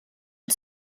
and